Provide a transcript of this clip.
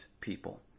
people